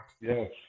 Yes